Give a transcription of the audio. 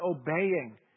obeying